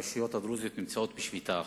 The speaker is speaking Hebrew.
הרשויות הדרוזיות נמצאות בשביתה עכשיו.